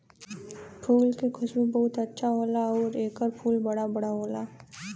फूल के खुशबू बहुते अच्छा होला आउर एकर फूल बड़ा बड़ा होला